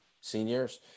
seniors